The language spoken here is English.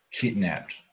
Kidnapped